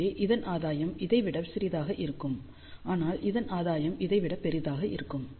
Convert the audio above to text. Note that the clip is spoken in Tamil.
எனவே இதன் ஆதாயம் இதைவிட சிறியதாக இருக்கும் ஆனால் இதன் ஆதாயம் இதை விட பெரியது இருக்கும்